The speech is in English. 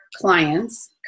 clients